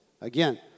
Again